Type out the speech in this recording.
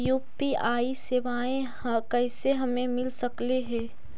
UPI सेवाएं कैसे हमें मिल सकले से?